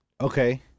Okay